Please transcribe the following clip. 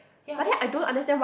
ya that's just